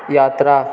यात्रा